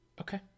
Okay